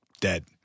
dead